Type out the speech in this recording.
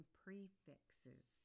prefixes